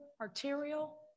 arterial